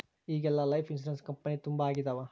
ಈಗೆಲ್ಲಾ life insurance company ತುಂಬಾ ಆಗಿದವ